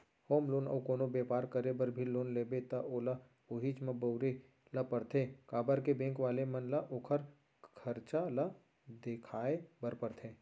home loan या अउ कोनो बेपार करे बर भी लोन लेबे त ओला उहींच म बउरे ल परथे काबर के बेंक वाले मन ल ओखर खरचा ल देखाय बर परथे